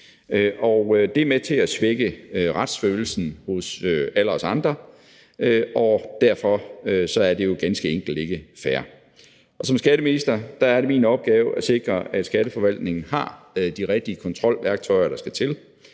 det er med til at svække retsfølelsen hos alle os andre, og derfor er det jo ganske enkelt ikke fair. Og som skatteminister er det min opgave at sikre, at Skatteforvaltningen har de rigtige kontrolværktøjer, der skal til.